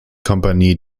kompanie